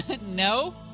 No